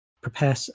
prepare